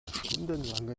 stundenlange